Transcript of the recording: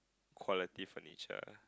quality furniture